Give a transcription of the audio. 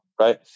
right